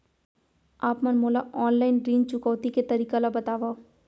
आप मन मोला ऑनलाइन ऋण चुकौती के तरीका ल बतावव?